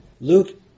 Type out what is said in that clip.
Luke